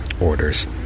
orders